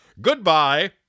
Goodbye